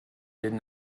did